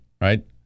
Right